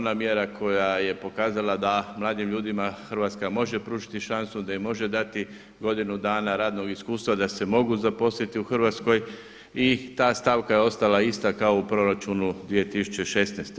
Ona mjera koja je pokazala da mladim ljudima Hrvatska može pružiti šansu da im može dati godinu dana radnog iskustva da se mogu zaposliti u Hrvatskoj i ta stavka je ostala ista kao u proračunu 2016.